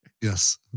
Yes